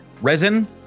resin